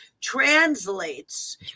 translates